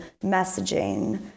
messaging